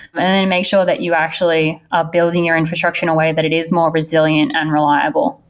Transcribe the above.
and make sure that you actually are building your infrastructure in a way that it is more resilient and reliable.